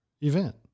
event